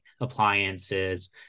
appliances